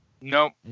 Nope